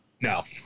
No